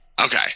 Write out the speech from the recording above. Okay